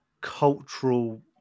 cultural